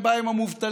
אין בעיה עם המובטלים,